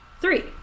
three